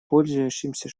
пользующимся